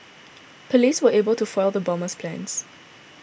police were able to foil the bomber's plans